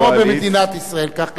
כמו במדינת ישראל כך גם בליכוד.